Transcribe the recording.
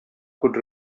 could